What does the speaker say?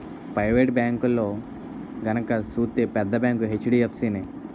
private బేంకుల్లో గనక సూత్తే పెద్ద బేంకు హెచ్.డి.ఎఫ్.సి నే